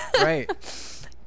right